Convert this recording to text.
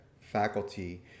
faculty